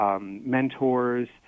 mentors